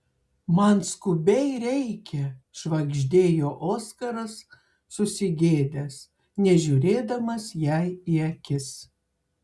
man skubiai reikia švagždėjo oskaras susigėdęs nežiūrėdamas jai į akis